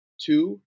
Two